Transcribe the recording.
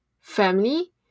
family